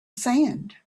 sand